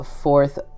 fourth